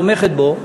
תומכת בו,